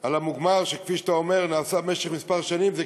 על המוגמר, שכפי שאתה אומר נעשה במשך כמה שנים,